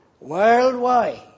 worldwide